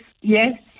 yes